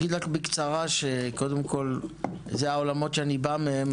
אני אגיד רק בקצרה שקודם כל אלו העולמות שאני בא מהם,